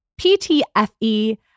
PTFE